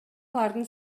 алардын